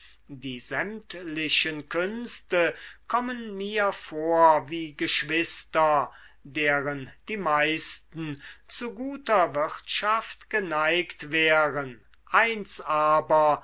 die sämtlichen künste kommen mir vor wie geschwister deren die meisten zu guter wirtschaft geneigt wären eins aber